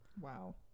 Wow